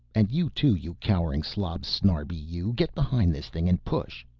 and you, too, you cowering slob snarbi you, get behind this thing and push,